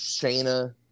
Shayna